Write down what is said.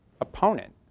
opponent